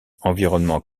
environnement